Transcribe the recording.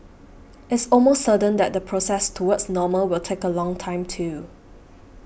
it's almost certain that the process towards normal will take a long time too